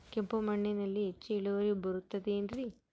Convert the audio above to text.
ಕೆಂಪು ಮಣ್ಣಲ್ಲಿ ಹೆಚ್ಚು ಇಳುವರಿ ಬರುತ್ತದೆ ಏನ್ರಿ?